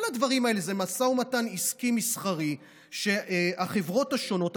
כל הדברים האלה זה משא ומתן עסקי מסחרי שהחברות השונות,